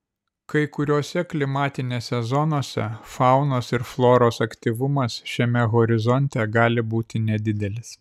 kai kuriose klimatinėse zonose faunos ir floros aktyvumas šiame horizonte gali būti nedidelis